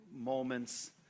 moments